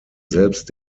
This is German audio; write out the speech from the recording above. selbst